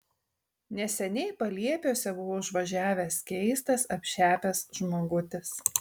neseniai paliepiuose buvo užvažiavęs keistas apšepęs žmogutis